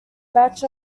batch